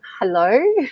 Hello